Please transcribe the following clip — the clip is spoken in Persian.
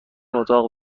اتاق